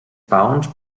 peons